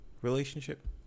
Relationship